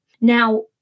Now